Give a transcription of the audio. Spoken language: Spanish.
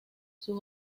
sus